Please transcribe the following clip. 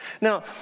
Now